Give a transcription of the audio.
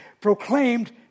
proclaimed